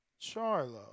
Charlo